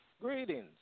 Greetings